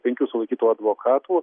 penkių sulaikytų advokatų